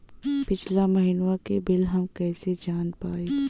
पिछला महिनवा क बिल हम कईसे जान पाइब?